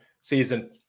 Season